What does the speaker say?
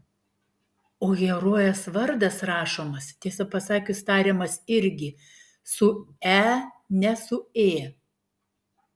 o herojės vardas rašomas tiesą pasakius tariamas irgi su e ne su ė